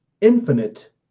infinite